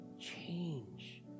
change